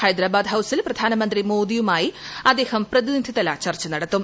ഹൈദരാബാദ് ഹൌസിൽ പ്രധാന്മ്ന്തി മോദിയുമായി അദ്ദേഹം പ്രതിനിധിതല ചർച്ച നടത്തും